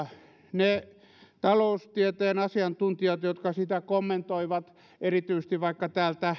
ne taloustieteen asiantuntijat jotka sitä kommentoivat erityisesti vaikka